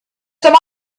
some